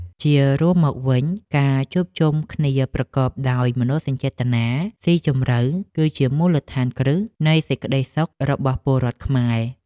ជារួមមកវិញ ការជួបជុំគ្នាប្រកបដោយមនោសញ្ចេតនាស៊ីជម្រៅ គឺជាមូលដ្ឋានគ្រឹះនៃសេចក្ដីសុខរបស់ពលរដ្ឋខ្មែរ។